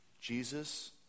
Jesus